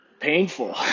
Painful